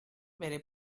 bere